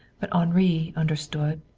but henri understood.